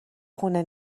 خونه